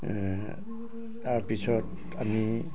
তাৰপিছত আমি